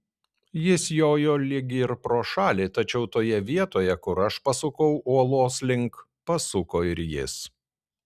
jis jojo lyg ir pro šalį tačiau toje vietoje kur aš pasukau uolos link pasuko ir jis